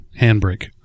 Handbrake